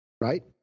right